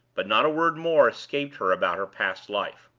but not a word more escaped her about her past life.